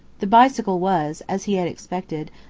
the bicycle was, as he had expected,